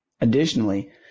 Additionally